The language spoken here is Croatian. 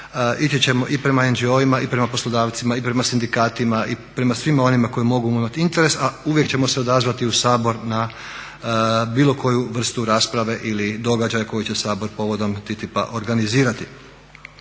Ići ćemo i prema NGO-ima i prema poslodavcima i prema sindikatima i prema svima onima koji mogu imat interes, a uvijek ćemo se odazvati u Sabor na bilo koju vrstu rasprave ili događaje koje će Sabor povodom TTIP-a organizirati.